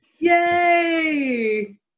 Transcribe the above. Yay